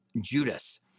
Judas